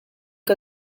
che